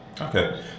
okay